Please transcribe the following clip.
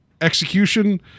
Execution